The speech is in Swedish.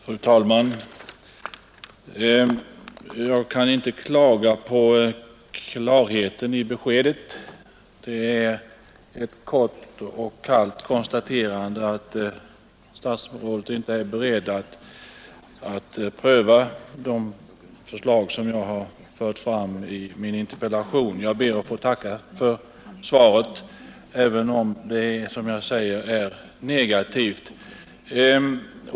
Fru talman! Jag kan inte klaga på klarheten i beskedet. Det är ett kort och kallt konstaterande att statsrådet inte är beredd att pröva de förslag som jag har fört fram i min interpellation. Jag ber att få tacka för svaret, även om det som sagt är negativt.